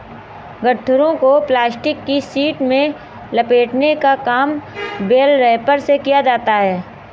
गट्ठरों को प्लास्टिक की शीट में लपेटने का काम बेल रैपर से किया जाता है